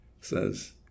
says